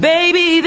Baby